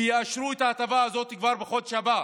שיאשרו את ההטבה הזאת כבר בחודש הבא,